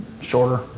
shorter